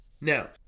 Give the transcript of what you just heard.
Now